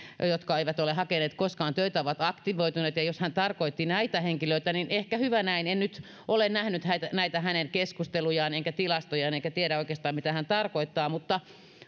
jotka eivät ole hakeneet koskaan töitä ovat aktivoituneet niin jos hän tarkoitti näitä henkilöitä niin ehkä hyvä näin en nyt ole nähnyt näitä näitä hänen keskustelujaan enkä tilastojaan enkä tiedä oikeastaan mitä hän tarkoittaa mutta